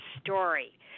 story